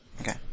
Okay